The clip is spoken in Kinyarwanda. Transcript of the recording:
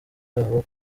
babo